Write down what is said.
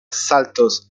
saltos